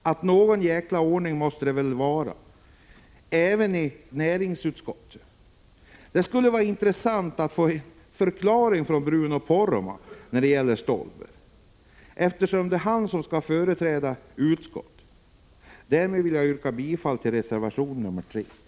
Hermansson: Någon jäkla ordning måste det väl vara även i 23 april 1986 näringsutskottet! Det skulle vara intressant att få en förklaring från Bruno Poromaa när det gäller Stolberg, eftersom det är han som skall företräda utskottet. Därmed vill jag yrka bifall till reservation nr. 3.